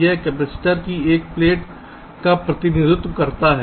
यह कपैसिटर की एक प्लेट का प्रतिनिधित्व करता है